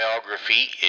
biography